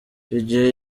igihe